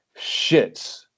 shits